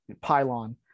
pylon